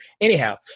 anyhow